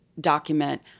document